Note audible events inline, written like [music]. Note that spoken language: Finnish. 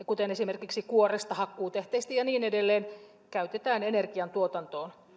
[unintelligible] kuten esimerkiksi kuoresta hakkuutähteistä ja niin edelleen käytetään energiantuotantoon